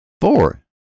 Four